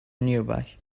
nearby